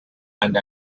and